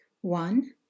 one